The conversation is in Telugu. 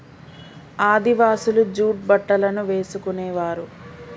ఆదివాసులు జూట్ బట్టలను వేసుకునేవారు